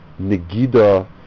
negida